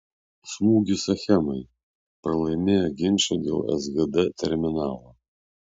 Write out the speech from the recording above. smūgis achemai pralaimėjo ginčą dėl sgd terminalo